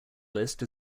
list